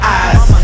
eyes